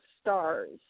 stars